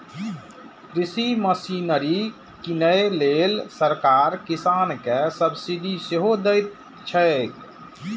कृषि मशीनरी कीनै लेल सरकार किसान कें सब्सिडी सेहो दैत छैक